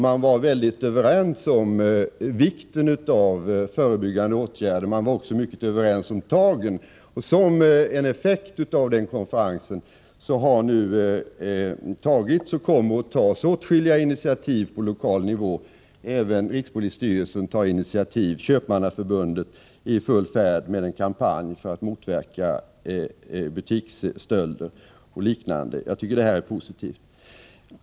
Man var mycket överens både om vikten av förebyggande åtgärder och om tagen. Som en effekt av denna konferens har det nu tagits och kommer det att tas åtskilliga initiativ på lokal nivå. Även rikspolisstyrelsen är aktiv, och Köpmannaförbundet är i full fård med en kampanj för att motverka butiksstölder. Detta är positivt.